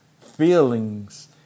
feelings